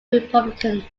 republican